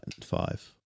five